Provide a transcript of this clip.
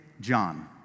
John